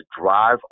drive